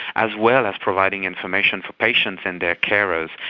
as well as providing information for patients and their carers.